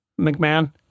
McMahon